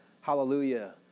hallelujah